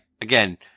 again